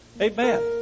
Amen